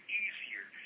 easier